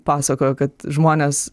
pasakojo kad žmonės